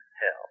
help